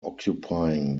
occupying